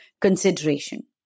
consideration